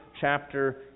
chapter